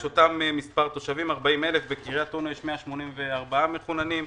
יש אותם מספר תושבים 40,000 בקריית אונו יש 184 מחוננים.